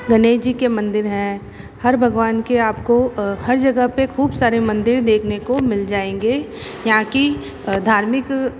गणेश जी के मंदिर हैं हर भगवान के आप को हर जगह पर ख़ूब सारे मंदिर देखने को मिल जाएंगे यहाँ की धार्मिक